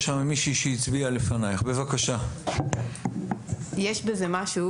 יש בזה משהו